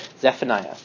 Zephaniah